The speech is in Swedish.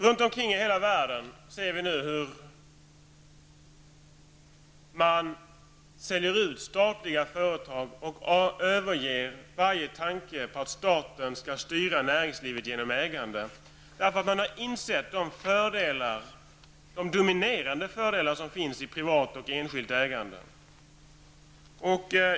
Runt om i hela världen ser vi nu hur man säljer ut statliga företag och överger varje tanke på att staten skall styra näringslivet genom ägande, därför att man har insett de dominerande fördelarna med privat och enskilt ägande.